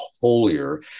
holier